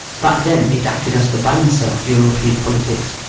back then it acted as the balancer of european politics,